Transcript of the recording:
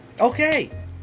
Okay